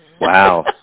Wow